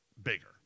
bigger